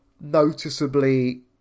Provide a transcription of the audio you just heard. noticeably